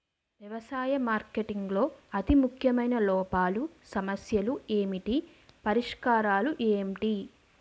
వ్యవసాయ మార్కెటింగ్ లో అతి ముఖ్యమైన లోపాలు సమస్యలు ఏమిటి పరిష్కారాలు ఏంటి?